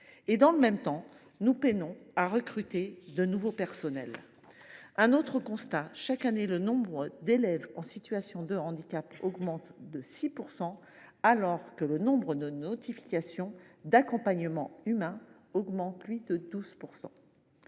ans. De l’autre, nous peinons à recruter de nouveaux personnels. Autre constat : chaque année, le nombre d’élèves en situation de handicap augmente de 6 %, alors que le nombre de notifications d’accompagnement humain augmente, lui,